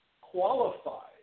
qualified